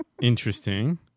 Interesting